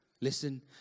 Listen